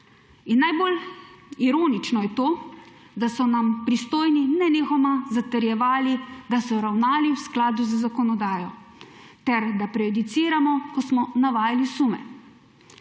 Najbolj ironično je to, da so nam pristojni nenehoma zatrjevali, da so ravnali v skladu z zakonodajo ter da prejudiciramo, ko smo navajali sume.